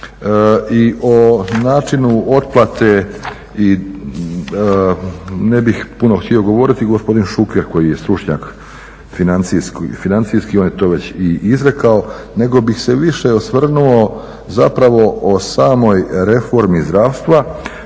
i o načinu otplate i ne bih puno htio govoriti, gospodin Šuker koji je stručnjak financijski on je to već i izrekao, nego bih se više osvrnuo zapravo o samoj reformi zdravstva